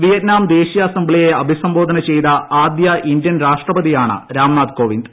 Vietnam ദേശീയ അസംബ്ലിയെ അഭിസംബോധന ചെയ്ത ആദ്യ ഇന്ത്യൻ രാഷ്ട്രപതിയാണ് രാംനാഥ് കോവിന്ദ്